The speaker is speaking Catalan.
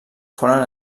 foren